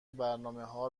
برنامهها